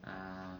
um